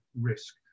risk